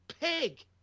pig